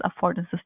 affordances